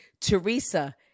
Teresa